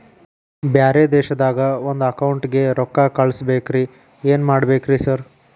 ಬ್ಯಾರೆ ದೇಶದಾಗ ಒಂದ್ ಅಕೌಂಟ್ ಗೆ ರೊಕ್ಕಾ ಕಳ್ಸ್ ಬೇಕು ಏನ್ ಮಾಡ್ಬೇಕ್ರಿ ಸರ್?